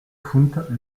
fount